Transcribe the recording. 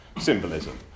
symbolism